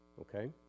Okay